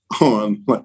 on